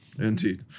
Indeed